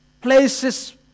places